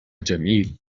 جميل